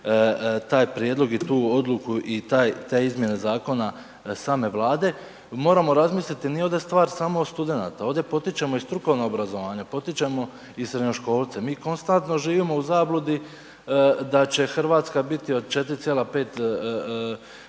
taj prijedlog i tu odluku i te izmjene zakona same Vlade. Moramo razmisliti, nije ovdje stvar samo studenata, ovdje potičemo i strukovna obrazovanja, potičemo i srednjoškolce. Mi konstantno živim u zabludi da će Hrvatska biti od 4,5